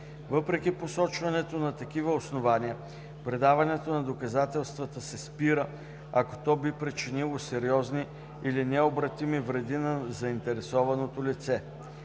Въпреки посочването на такива основания предаването на доказателствата се спира, ако то би причинило сериозни или необратими вреди на заинтересованото лице.